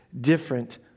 different